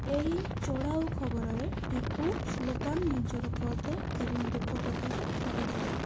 ଏହି ଚଢ଼ାଉ ଖବରରେ ଟିପୁ ସୁଲତାନ ନିଜର କ୍ରୋଧ ଏବଂ ଦୁଃଖ ପ୍ରକାଶ କରିଥିଲେ